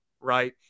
right